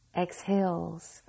exhales